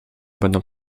będą